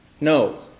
No